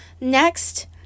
Next